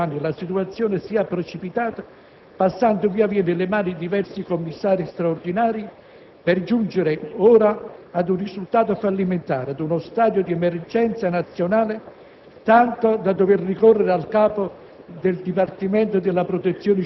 Com'è possibile che in 12 anni la situazione sia precipitata, passando via via nelle mani di diversi commissari straordinari, per giungere ora ad un risultato fallimentare, ad uno stadio di emergenza nazionale, tanto da dover ricorrere al capo